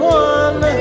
one